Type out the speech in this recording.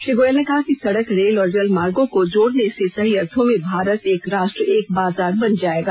श्री गोयल ने कहा कि संडक रेल और जल मार्गों को जोड़ने से सही अर्थों में भारत एक राष्ट्र एक बाजार बन जाएगा